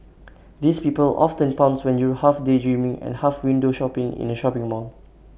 these people often pounce when you're half daydreaming and half window shopping in the shopping mall